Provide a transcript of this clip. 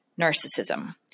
narcissism